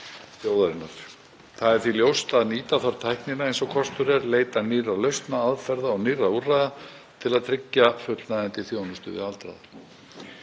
Það er því ljóst að nýta þarf tæknina eins og kostur er, leita nýrra lausna, aðferða og nýrra úrræða til að tryggja fullnægjandi þjónustu við aldraða.